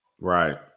Right